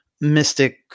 mystic